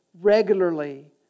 regularly